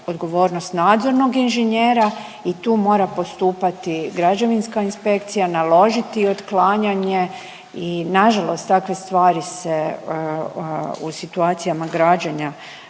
odgovornost nadzornog inženjera i tu mora postupati građevinska inspekcija, naložiti otklanjanje i nažalost takve stvari se u situacijama građenja